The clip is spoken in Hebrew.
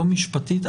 לא משפטית,